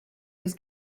his